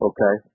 Okay